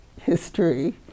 history